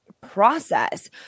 process